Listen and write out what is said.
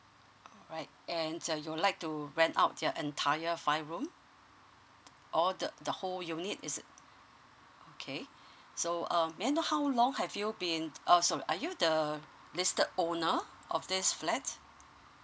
alright and so you would like to rent out your entire five rooms all the or the whole unit is it okay so um may I know how long have you been ah sorry are you the listed owner of this flats